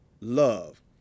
love